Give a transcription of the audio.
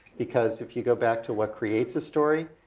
because if you go back to what creates a story,